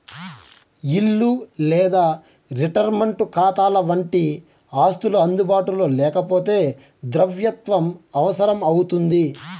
ఇల్లు లేదా రిటైర్మంటు కాతాలవంటి ఆస్తులు అందుబాటులో లేకపోతే ద్రవ్యత్వం అవసరం అవుతుంది